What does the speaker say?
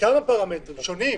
בכמה פרמטרים שונים.